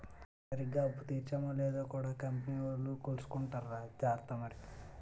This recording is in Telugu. సరిగ్గా అప్పు తీర్చేమో లేదో కూడా కంపెనీ వోలు కొలుసుకుంటార్రా జార్త మరి